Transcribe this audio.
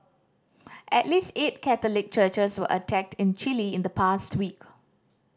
at least eight Catholic churches were attacked in Chile in the past week